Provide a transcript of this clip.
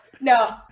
No